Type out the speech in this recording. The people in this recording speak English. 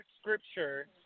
scripture